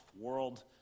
world